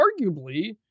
arguably